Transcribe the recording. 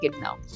now